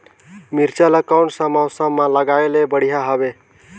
मिरचा ला कोन सा मौसम मां लगाय ले बढ़िया हवे